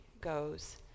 goes